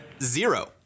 Zero